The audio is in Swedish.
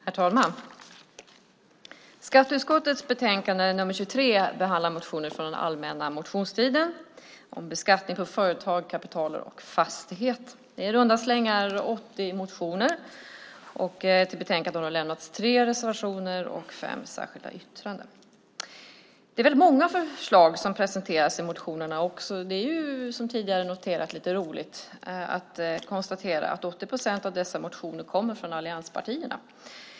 Herr talman! Skatteutskottets betänkande nr 23 behandlar motioner från den allmänna motionstiden om beskattning av företag, kapital och fastighet. Det är i runda slängar 80 motioner. Till betänkandet har lämnats tre reservationer och fem särskilda yttranden. Det är många förslag som presenteras i motionerna. Som tidigare noterats är det roligt att konstatera att 80 procent av motionerna kommer från allianspartierna.